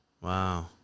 wow